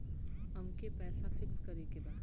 अमके पैसा फिक्स करे के बा?